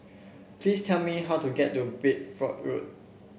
please tell me how to get to Bedford Road